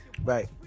Right